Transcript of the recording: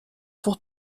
pour